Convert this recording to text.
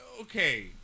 Okay